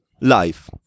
life